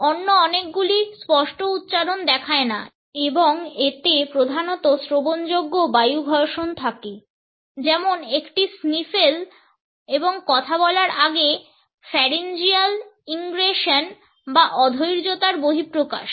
অন্য অনেকগুলি স্পষ্ট উচ্চারণ দেখায় না এবং এতে প্রধানত শ্রবণযোগ্য বায়ু ঘর্ষণ থাকে যেমন একটি স্নিফেল এবং কথা বলার আগের ফ্যারিঞ্জিয়াল ইনগ্রেশন বা অধৈর্যতার বহিঃপ্রকাশ